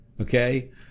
Okay